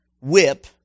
whip